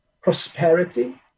prosperity